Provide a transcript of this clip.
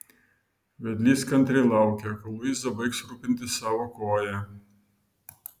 vedlys kantriai laukė kol luiza baigs rūpintis savo koja